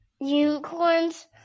Unicorns